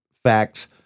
facts